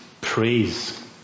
praise